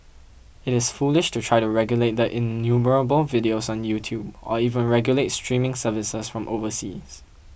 it is foolish to try to regulate the innumerable videos on YouTube or even regulate streaming services from overseas